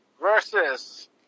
versus